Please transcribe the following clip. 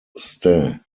ste